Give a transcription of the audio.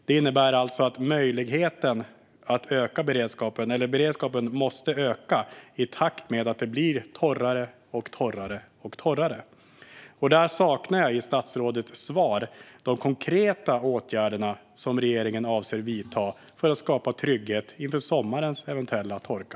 Det innebär alltså att beredskapen måste öka i takt med att det blir torrare och torrare. Där saknar jag i statsrådets svar de konkreta åtgärder som regeringen avser att vidta för att skapa trygghet inför sommarens eventuella torka.